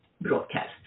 broadcast